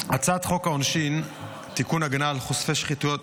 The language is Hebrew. הצעת חוק העונשין (תיקון, הגנה על חושפי שחיתויות